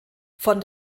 von